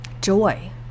joy